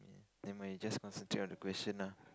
never mind just concentrate on the question lah